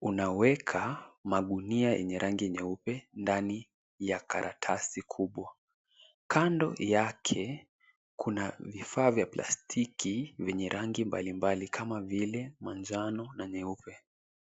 unaweka magunia yenye rangi nyeupe ndani ya karatasi kubwa. Kando yake kuna vifaa vya plastiki vyenye rangi mbalimbali kama vile manjano na nyeupe.